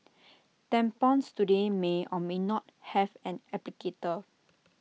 tampons today may or may not have an applicator